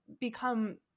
become –